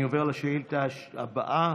אני עובר לשאילתה הבאה,